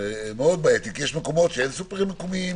כי יש מקומות שאין סופרים מקומיים,